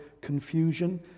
confusion